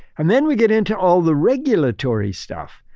and then, we get into all the regulatory stuff.